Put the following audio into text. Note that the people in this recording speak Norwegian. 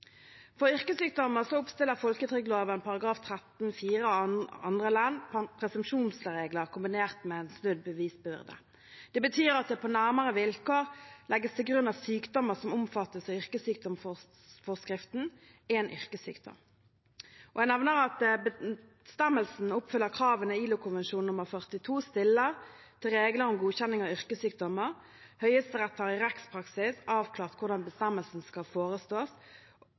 For yrkessykdommer oppstiller folketrygdloven § 13-4 andre ledd presumpsjonsregler kombinert med en snudd bevisbyrde. Det betyr at det på nærmere vilkår legges til grunn at sykdommer som omfattes av yrkessykdomsforskriften, er en yrkessykdom. Jeg nevner at bestemmelsen oppfyller kravene ILO-konvensjon nr. 42 stiller til regler om godkjenning av yrkessykdommer. Høyesterett har i rettspraksis avklart hvordan bestemmelsen skal